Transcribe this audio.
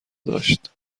داشت